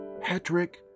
Patrick